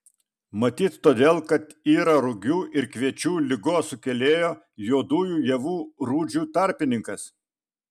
matyt todėl kad yra rugių ir kviečių ligos sukėlėjo juodųjų javų rūdžių tarpininkas